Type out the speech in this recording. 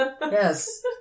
Yes